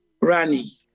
Rani